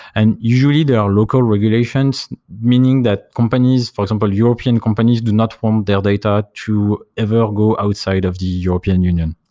and usually, there are local regulations. meaning that companies, for example european companies do not form their data to ever go outside of the european union.